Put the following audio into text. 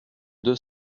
deux